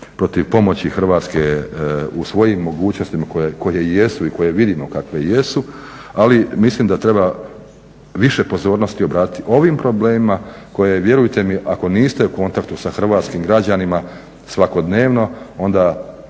protiv pomoći Hrvatske u svojim mogućnostima koje jesu i koje vidimo kakve jesu, ali mislim da treba više pozornosti obratiti ovim problemima koje vjerujte mi ako niste u kontaktu sa hrvatskim građanima svakodnevno onda